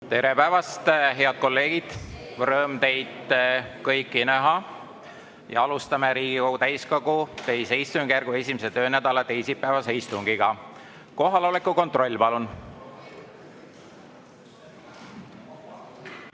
Tere päevast, head kolleegid! Rõõm teid kõiki näha. Alustame Riigikogu täiskogu II istungjärgu 1. töönädala teisipäevast istungit. Kohaloleku kontroll, palun!